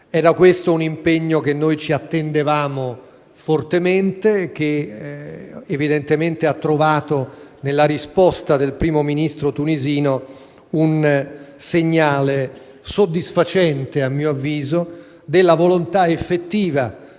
Era questo un impegno che ci attendevamo fortemente e che ha trovato nella risposta del Primo Ministro tunisino un segnale soddisfacente, a mio avviso, della volontà effettiva